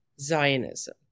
Zionism